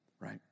right